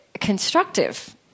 constructive